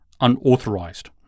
unauthorized